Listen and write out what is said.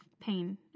pain